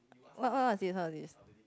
what what what's this what's this